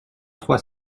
trois